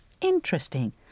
Interesting